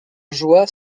joie